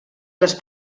les